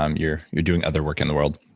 um you're you're doing other work in the world.